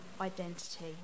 identity